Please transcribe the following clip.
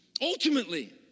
Ultimately